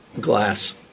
glass